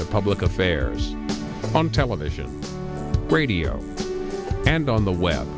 to public affairs on television radio and on the web